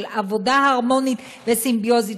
של עבודה הרמונית וסימביוזית,